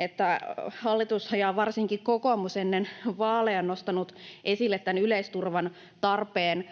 että hallitus, varsinkin kokoomus ennen vaaleja, on nostanut esille yleisturvan tarpeen.